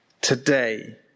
today